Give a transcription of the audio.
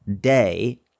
day